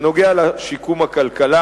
בנוגע לשיקום הכלכלה,